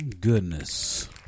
goodness